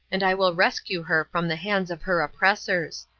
and i will rescue her from the hands of her oppressors.